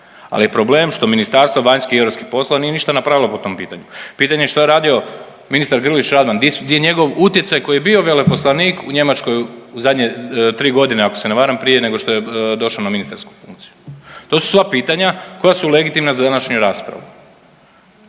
Ali je problem što Ministarstvo vanjskih i europskih poslova nije ništa napravilo po tom pitanje. Pitanje je što je radio ministar Grlić Radman, gdje je njegov utjecaj koji je bio veleposlanik u Njemačkoj u zadnje tri godine ako se ne varam prije nego što je došao na ministarsku funkciju? To su sva pitanja koja su legitimna za današnju raspravu.